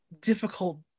difficult